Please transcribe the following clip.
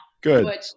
Good